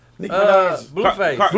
Blueface